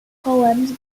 poems